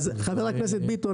חבר הכנסת ביטון,